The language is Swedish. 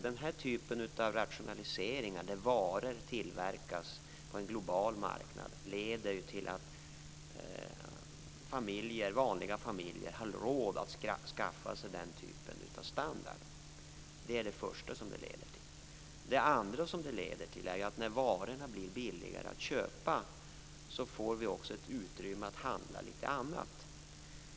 Denna typ av rationaliseringar där varor tillverkas på en global marknad leder för det första till att vanliga familjer har råd att skaffa sig den typen av standard. Det är det första som det leder till. När varorna blir billigare får vi för det andra ett utrymme att handla litet annat.